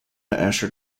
asher